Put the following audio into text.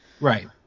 Right